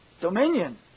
Dominion